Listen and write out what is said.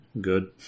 Good